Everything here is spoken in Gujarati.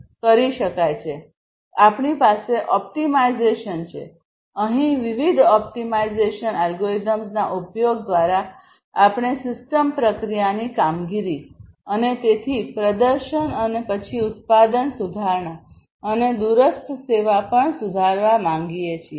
આપણી પાસે ઓપ્ટિમાઇઝેશન છેઅહીં વિવિધ ઓપ્ટિમાઇઝેશન એલ્ગોરિધમ્સના ઉપયોગ દ્વારા આપણે સિસ્ટમ પ્રક્રિયાની કામગીરી અને તેથી પ્રદર્શન અને પછી ઉત્પાદન સુધારણા અને દૂરસ્થ સેવા પણ સુધારવા માંગીએ છીએ